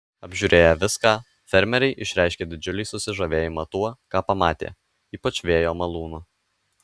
apžiūrėję viską fermeriai išreiškė didžiulį susižavėjimą tuo ką pamatė ypač vėjo malūnu